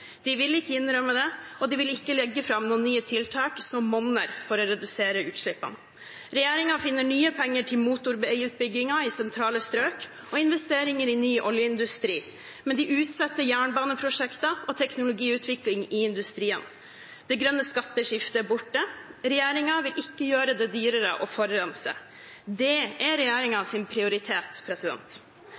De vil ikke innrømme det, og de vil ikke legge fram noen nye tiltak som monner for å redusere utslippene. Regjeringen finner nye penger til motorveiutbygginger i sentrale strøk og investeringer i ny oljeindustri, men de utsetter jernbaneprosjekt og teknologiutvikling i industrien. Det grønne skatteskiftet er borte. Regjeringen vil ikke gjøre det dyrere å forurense. Det er regjeringens prioritet.